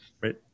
right